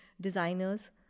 designers